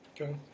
Okay